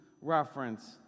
reference